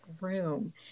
Room